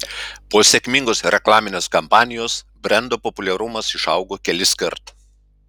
po sėkmingos reklaminės kampanijos brendo populiarumas išaugo keliskart